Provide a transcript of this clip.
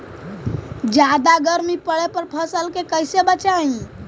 जादा गर्मी पड़े पर फसल के कैसे बचाई?